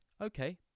okay